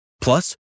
Plus